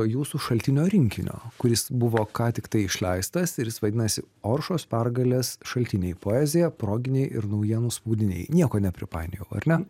jūsų šaltinio rinkinio kuris buvo ką tiktai išleistas ir jis vadinasi oršos pergalės šaltiniai poezija proginiai ir naujienų spaudiniai nieko nepripainiojau ar ne